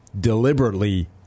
deliberately